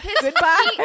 Goodbye